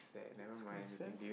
it's kinda sad